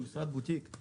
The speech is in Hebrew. הוא משרד בוטיק,